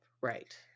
Right